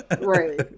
right